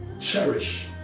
cherish